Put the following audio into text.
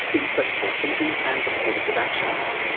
inflexible thinking and repetitive actions.